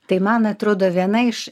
tai man atrodo viena iš